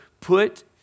put